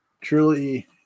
truly